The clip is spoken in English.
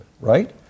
right